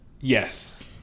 Yes